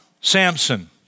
Samson